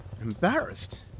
Embarrassed